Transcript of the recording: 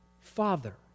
Father